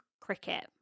cricket